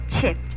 Chips